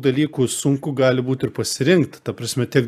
dalykų sunku gali būt ir pasirinkt ta prasme tiek